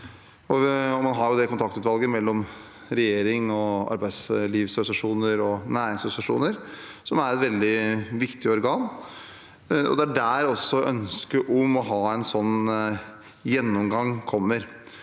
man har kontaktutvalget, med regjering, arbeidslivsorganisasjoner og næringsorganisasjoner, som er et veldig viktig organ. Det er også derfra ønsket om å ha en sånn gjennomgang kommer.